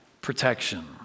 Protection